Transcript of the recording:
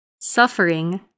suffering